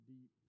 deep